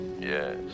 Yes